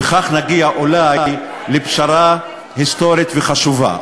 וכך נגיע אולי לפשרה היסטורית וחשובה.